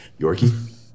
Yorkie